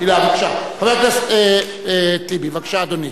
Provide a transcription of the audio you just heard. חבר הכנסת טיבי, בבקשה, אדוני.